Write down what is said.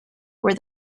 were